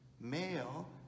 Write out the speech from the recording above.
Male